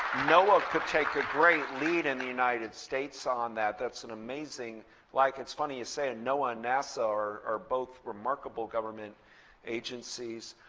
noaa could take a great lead in the united states on that. that's an amazing like it's funny, you say and noaa and nasa are both remarkable government agencies.